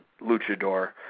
luchador